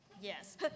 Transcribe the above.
Yes